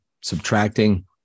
subtracting